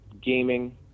gaming